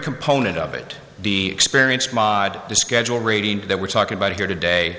component of it the experience maad to schedule rating that we're talking about here today